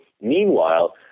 meanwhile